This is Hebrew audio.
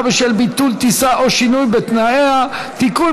בשל ביטול טיסה או שינוי בתנאיה) (תיקון,